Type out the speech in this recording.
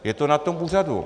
Je to na tom úřadu.